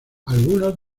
algunos